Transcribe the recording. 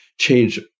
change